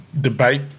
debate